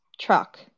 truck